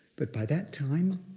but by that time,